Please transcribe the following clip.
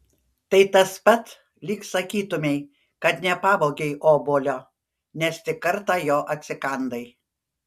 tai tas pat lyg sakytumei kad nepavogei obuolio nes tik kartą jo atsikandai